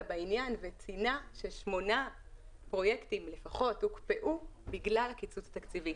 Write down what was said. בעניין ששמונה פרויקטים לפחות הוקפאו בגלל הקיצוץ התקציבי.